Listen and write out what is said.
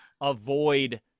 avoid